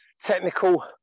technical